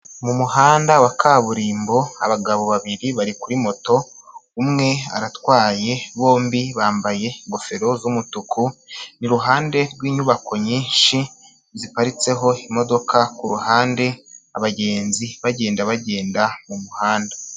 Mumuhanda wa kaburimbo abagabo babiri bari kuri moto, umwe aratwaye bombi bambaye ingofero z'umutuku, iruhande rwinyubako nyinshi ziparitseho imodoka ku ruhande, abagenzi bagenda mu muhanda.